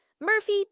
Murphy